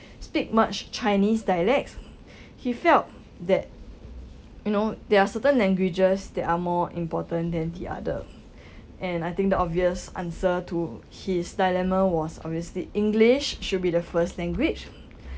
speak much chinese dialects he felt that you know there are certain languages that are more important than the other and I think the obvious answer to his dilemma was obviously english should be the first language